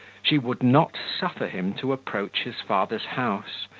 she would not suffer him to approach his father's house,